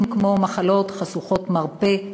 כמו במחלות חשוכות מרפא,